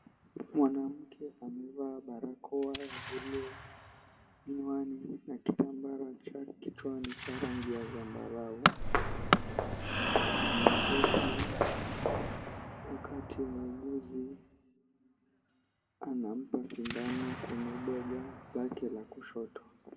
Mwanamke amevaa barakoa ya blue, miwani na kitambara kichwani cha rangi ya zambarau. Ameketi wakati muuguzi anampa sindano kwenye bega lake la kushoto.